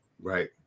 Right